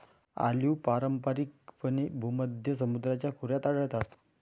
olive पारंपारिकपणे भूमध्य समुद्राच्या खोऱ्यात आढळतात